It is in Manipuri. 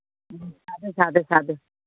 ꯎꯝ ꯁꯥꯗ꯭ꯔꯦ ꯁꯥꯗ꯭ꯔꯦ ꯁꯥꯗ꯭ꯔꯦ